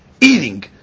eating